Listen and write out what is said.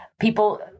People